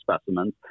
specimens